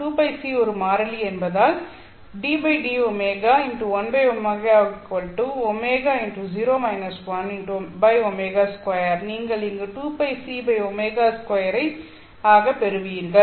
2πc ஒரு மாறிலி என்பதால் ddω 1ωωω 2 நீங்கள் இங்கு 2πcω2 ஆக பெறுவீர்கள்